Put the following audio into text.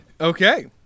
Okay